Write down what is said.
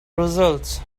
results